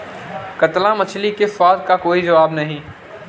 कतला मछली के स्वाद का कोई जवाब नहीं